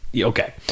Okay